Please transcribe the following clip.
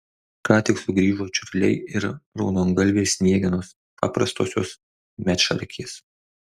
ką tik sugrįžo čiurliai ir raudongalvės sniegenos paprastosios medšarkės